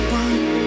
one